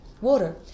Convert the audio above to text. water